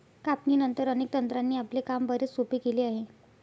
कापणीनंतर, अनेक तंत्रांनी आपले काम बरेच सोपे केले आहे